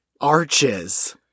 arches